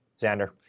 Xander